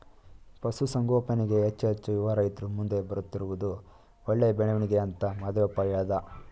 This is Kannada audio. ಪಶುಸಂಗೋಪನೆಗೆ ಹೆಚ್ಚು ಹೆಚ್ಚು ಯುವ ರೈತ್ರು ಮುಂದೆ ಬರುತ್ತಿರುವುದು ಒಳ್ಳೆ ಬೆಳವಣಿಗೆ ಅಂತ ಮಹಾದೇವಪ್ಪ ಹೇಳ್ದ